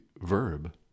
verb